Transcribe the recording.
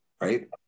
right